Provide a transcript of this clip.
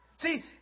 See